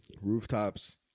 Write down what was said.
Rooftops